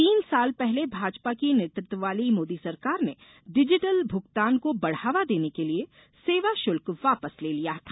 तीन साल पहले भाजपा की नेतृत्व वाली मोदी सरकार ने डिजिटल भुगतान को बढ़ावा देने के लिए सेवा शुल्क वापस ले लिया था